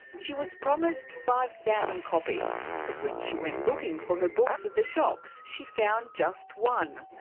she was promised five thousand copies. but when she went looking for her books at the shops, she found just one.